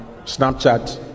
Snapchat